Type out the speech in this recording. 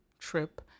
trip